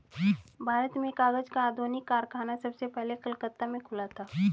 भारत में कागज का आधुनिक कारखाना सबसे पहले कलकत्ता में खुला था